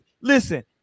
listen